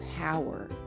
power